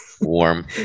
warm